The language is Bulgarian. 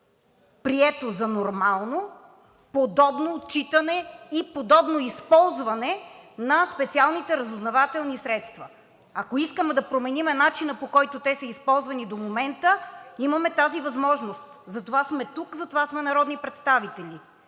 прието за нормално подобно отчитане и подобно използване на специалните разузнавателни средства? Ако искаме да променим начина, по който те са използвани до момента, имаме тази възможност – затова сме тук, затова сме народни представители.